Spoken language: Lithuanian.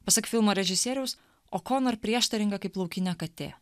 pasak filmo režisieriaus okonur prieštaringa kaip laukinė katė